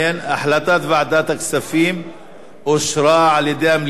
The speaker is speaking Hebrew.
החלטת ועדת הכספים אושרה על-ידי המליאה,